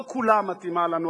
לא כולה מתאימה לנו,